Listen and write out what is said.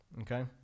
Okay